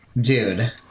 Dude